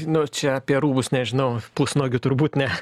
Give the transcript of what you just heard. nu čia apie rūbus nežinau pusnuogių turbūt ne